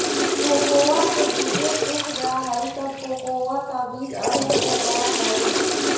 cocoa के गुदे सूख जा हई तब कोकोआ का बीज अलग हो जा हई